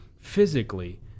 physically